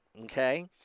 Okay